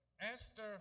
Esther